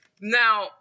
Now